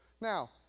Now